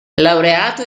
laureato